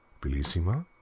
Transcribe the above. bellissima,